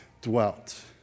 dwelt